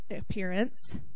appearance